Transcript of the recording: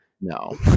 no